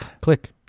click